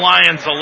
Lions